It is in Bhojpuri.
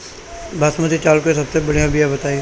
बासमती चावल के सबसे बढ़िया बिया बताई?